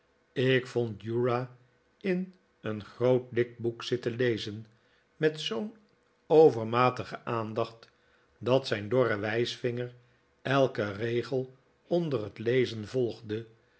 ik vond uriah in een groot dik boek zitten lezen met zoo'n overmatige aandacht dat zijn dorre wijsvinger elken regel onder het lezen volgde